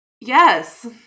Yes